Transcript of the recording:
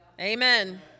Amen